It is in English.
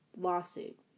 lawsuit